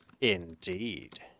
Indeed